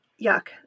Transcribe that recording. Yuck